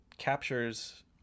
captures